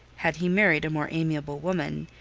had he married a more amiable woman,